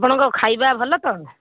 ଆପଣଙ୍କ ଖାଇବା ଭଲ ତ